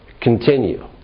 continue